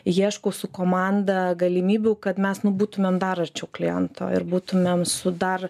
ieškau su komanda galimybių kad mes būtumėm dar arčiau kliento ir būtumėm su dar